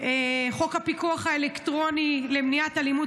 חוק הפיקוח האלקטרוני למניעת אלימות